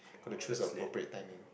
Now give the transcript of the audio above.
gotta choose appropriate timing